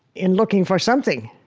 in looking for something.